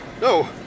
No